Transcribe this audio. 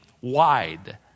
wide